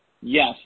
yes